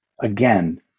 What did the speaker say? again